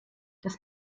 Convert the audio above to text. das